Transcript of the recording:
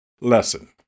Lesson